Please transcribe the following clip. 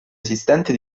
esistente